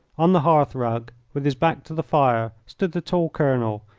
on the hearth-rug with his back to the fire, stood the tall colonel,